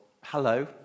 hello